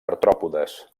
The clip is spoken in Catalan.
artròpodes